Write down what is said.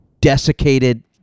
desiccated